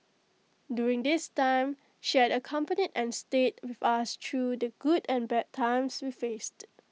during this time she has accompanied and stayed with us through the good and bad times we faced